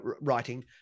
writing